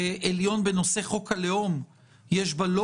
בית המשפט העליון בנושא חוק הלאום יש בה לא